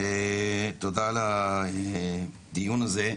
תודה על הדיון הזה.